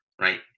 right